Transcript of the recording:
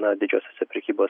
na didžiuosiuose prekybos